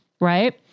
right